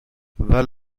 val